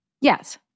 Yes